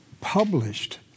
published